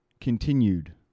continued